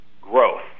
growth